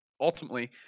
Ultimately